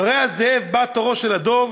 אחרי הזאב בא תורו של הדוב,